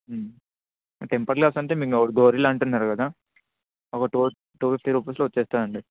temper glass అంటే మీరు gorilla అంటున్నారు కదా ఒక టూ టూ ఫిఫ్టి రూపీస్లో వస్తుంది అండి